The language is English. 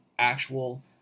actual